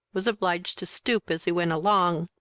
was obliged to stoop as he went along.